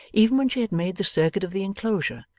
even when she had made the circuit of the enclosure,